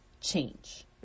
change